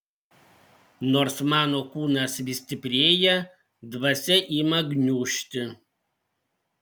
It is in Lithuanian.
nors mano kūnas vis stiprėja dvasia ima gniužti